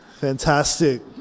Fantastic